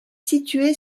située